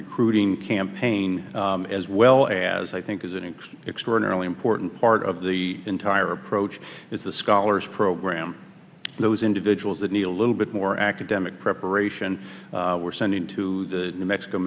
recruiting campaign as well as i think is an extraordinarily important part of the entire approach is the scholars program those individuals that need a little bit more academic preparation were sent into the new mexico